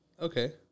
Okay